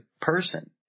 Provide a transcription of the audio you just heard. person